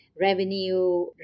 revenue